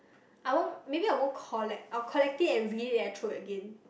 I won't maybe I won't collect I will collect it and read it then I'll throw it again